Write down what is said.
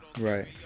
Right